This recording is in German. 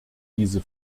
diese